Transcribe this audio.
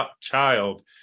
child